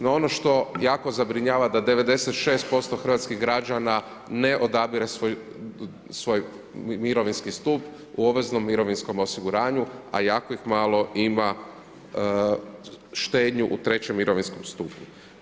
No ono što jako zabrinjava, da 96% hrvatskih građana ne odabire svoj mirovinski stup u obveznim mirovinskom osiguranju, a jako ih malo ima štednju u trećem mirovinskom stupu.